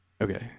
Okay